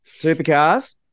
Supercars